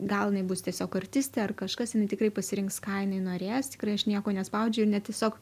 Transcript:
gal jinai bus tiesiog artistė ar kažkas jinai tikrai pasirinks ką jinai norės tikrai aš nieko nespaudžiu tiesiog